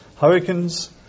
hurricanes